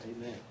Amen